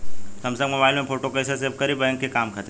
Samsung mobile में photo कैसे save करीं बैंक के काम खातिर?